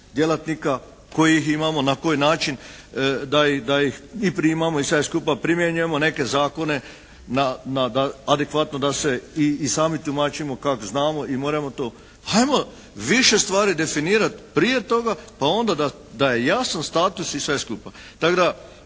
djelatnika koji ih imamo i na koji način da ih i primamo i sve skupa, primjenjujemo neke zakone adekvatno da se i sami tumačimo kak' znamo i moremo to. Ajmo više stvari definirati prije toga pa onda da je jasan status i sveskupa.